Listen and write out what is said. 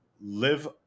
live